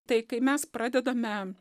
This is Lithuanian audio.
tai kai mes pradedame